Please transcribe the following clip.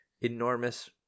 Enormous